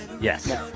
yes